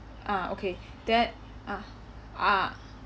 ah okay that ah ah